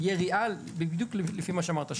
בדיוק לפי מה שאמרת,